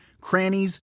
crannies